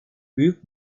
büyük